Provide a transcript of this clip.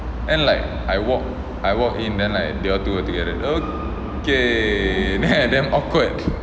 and like I walk I walk in then like they all two were together okay then I damn awkward